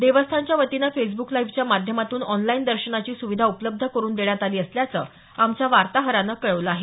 देवस्थानच्या वतीने फेसब्क लाईव्हच्या माध्यमातून ऑनलाईन दर्शनाची सुविधा उपलब्ध करून देण्यात आली असल्याचं आमच्या वार्ताहरानं कळवलं आहे